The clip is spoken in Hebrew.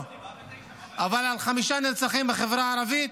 אבל על חמישה נרצחים בחברה הערבית